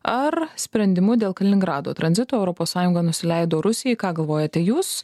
ar sprendimu dėl kaliningrado tranzito europos sąjunga nusileido rusijai ką galvojate jūs